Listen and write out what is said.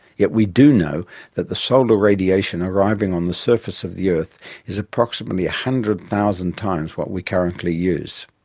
yet we do know that the solar radiation arriving on the surface of the earth is approximately a hundred thousand times what we currently use.